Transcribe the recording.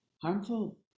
Harmful